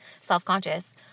self-conscious